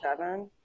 seven